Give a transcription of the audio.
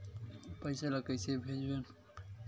पईसा ला कइसे भेजबोन?